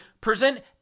present